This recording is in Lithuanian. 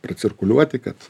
pracirkuliuoti kad